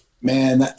Man